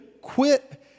quit